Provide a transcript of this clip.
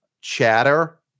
chatter